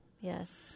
yes